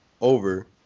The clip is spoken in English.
over